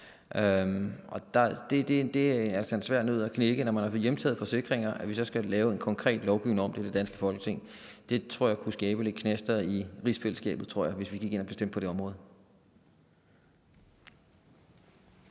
Det er altså en svær nød at knække, når man har hjemtaget forsikringer, at vi så skal lave en konkret lovgivning om det i det danske Folketing. Jeg tror, det kunne skabe lidt knaster i rigsfællesskabet, hvis vi gik ind og bestemte på det område.